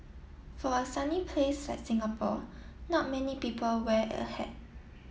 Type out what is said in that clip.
for a sunny place like Singapore not many people wear a hat